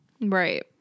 Right